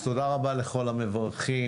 תודה רבה לכל המברכים.